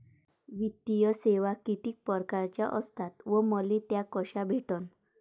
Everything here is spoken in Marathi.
वित्तीय सेवा कितीक परकारच्या असतात व मले त्या कशा भेटन?